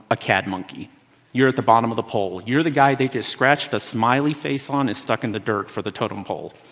a cad monkey you're at the bottom of the poll. you're the guy they just scratched a smiley face on and stuck in the dirt for the totem pole.